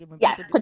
Yes